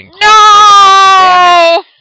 No